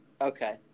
Okay